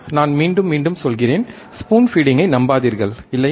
நான் மீண்டும் மீண்டும் சொல்கிறேன் ஸ்பூன் ஃபிடிங்கை நம்பாதீர்கள் இல்லையா